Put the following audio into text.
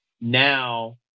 Now